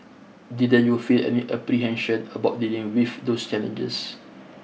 didn't you feel any apprehension about dealing with those challenges